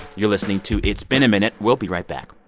you're listening to it's been a minute. we'll be right back